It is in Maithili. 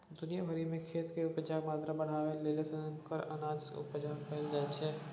दुनिया भरि मे खेती केर उपजाक मात्रा बढ़ाबय लेल संकर अनाज केर उपजा कएल जा रहल छै